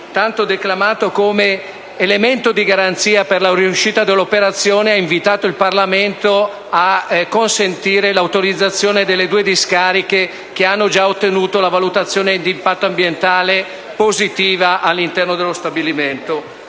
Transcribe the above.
tanto declamato come elemento di garanzia per la riuscita dell'operazione, ha invitato il Parlamento a consentire l'autorizzazione delle due discariche che hanno già ottenuto la valutazione d'impatto ambientale positiva all'interno dello stabilimento.